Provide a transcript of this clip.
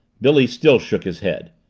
billy still shook his head.